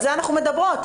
על זה אנחנו מדברות.